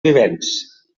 vivents